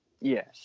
Yes